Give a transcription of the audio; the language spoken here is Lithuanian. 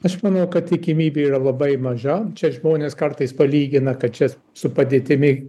aš manau kad tikimybė yra labai maža čia žmonės kartais palygina kad čia su padėtimi